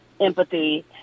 empathy